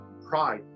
pride